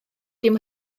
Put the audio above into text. dim